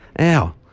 Ow